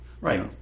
Right